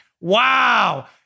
Wow